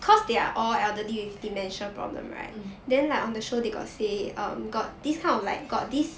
mm